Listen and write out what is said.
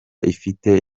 ifite